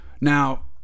Now